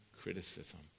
criticism